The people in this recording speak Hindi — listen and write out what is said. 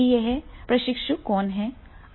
कि यह प्रशिक्षु कौन हैं